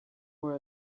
were